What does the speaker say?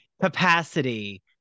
capacity